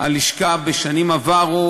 הלשכה בשנים עברו,